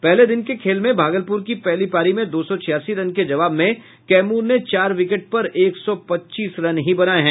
पहले दिन के खेल में भागलपुर की पहली पारी में दो सौ छियासी रन के जवाब में कैमूर ने चार विकेट पर एक सौ पच्चीस रन बनाये हैं